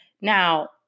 Now